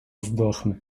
здохне